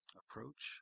approach